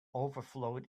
overflowed